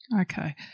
Okay